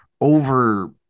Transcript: over